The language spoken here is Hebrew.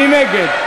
מי נגד?